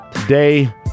Today